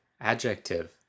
adjective